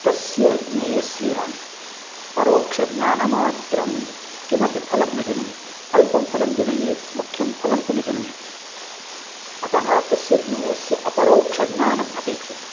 तस्य ज्ञेयस्य परोक्षज्ञानमात्रं किमपि फलं न जनयति अल्पं फलं जनयेत् मुख्यं फलन्तु न जनयति अतः तस्य ज्ञेयस्य अपरोक्षज्ञानम् अपेक्षितं